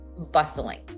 bustling